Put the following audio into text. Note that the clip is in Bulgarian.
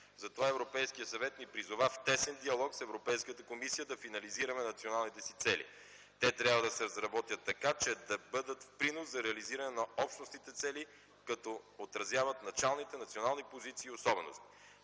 Затова Европейския съвет ни призова в тесен диалог с Европейската комисия да финализираме националните си цели. Те трябва да се разработят така, че да бъдат принос за реализиране на общностните цели, като отразяват началните национални позиции и особености.